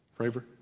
Fravor